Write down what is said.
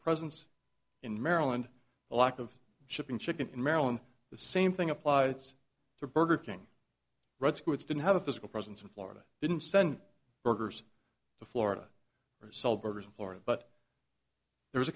presence in maryland the lack of shipping chicken in maryland the same thing applies to burger king right squids didn't have a physical presence in florida didn't send burgers to florida or sell burgers in florida but there was a